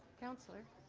counselor,